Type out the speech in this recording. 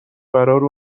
قراره